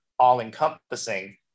all-encompassing